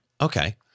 Okay